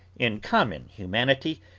in common humanity,